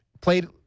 played